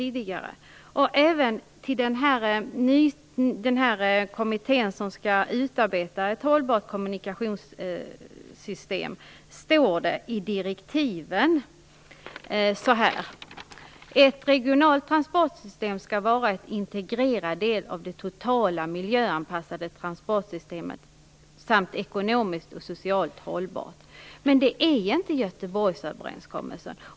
I direktiven även till den kommitté som skall utarbeta ett hållbart kommunikationssystem står det: "Ett regionalt transportsystem skall vara en integrerad del av det totala miljöanpassade transportsystemet samt ekonomiskt och socialt hållbart." Men det är inte Göteborgsöverenskommelsen.